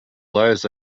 those